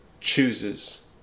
chooses